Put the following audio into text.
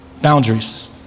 boundaries